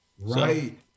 Right